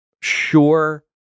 sure